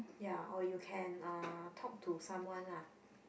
ya or you can uh talk to someone lah